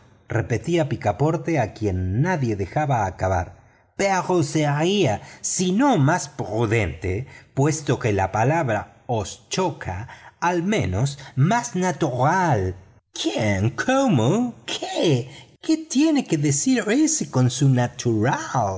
repetía picaporte a quien nadie dejaba acabar pero sería si no más prudente puesto que la palabra os choca al menos más natural quién cómo qué qué tiene que decir ése con su natural